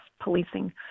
policing